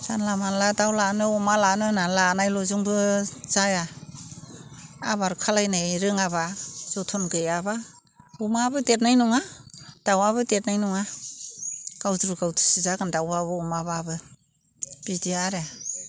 जानला मोनला दाउ लानो अमा लानो होनना लानायल'जोंबो जाया आबार खालामनाय रोङाब्ला जोथोन गैयाब्ला अमायाबो देरनाय नङा दाउआबो देरनाय नङा गावज्रु गावथुसो जागोन दाउब्लाबो अमाब्लाबो बिदि आरो